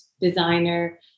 designer